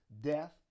death